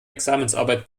examensarbeit